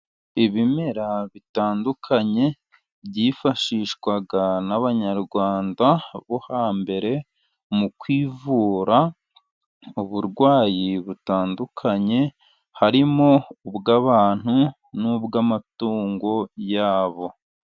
Ibimera bitandukanye byifashishwaga n'abanyarwanda bo hambere, mu kwivura uburwayi butandukanye, harimo ubw'abantu n'ubw'amatungo yabo.